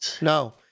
No